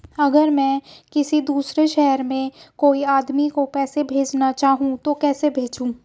अगर मैं किसी दूसरे शहर में कोई आदमी को पैसे भेजना चाहूँ तो कैसे भेजूँ?